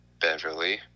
Beverly